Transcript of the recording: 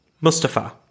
Mustafa